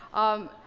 um,